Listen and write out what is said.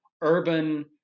urban